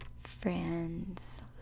friends